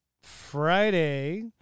Friday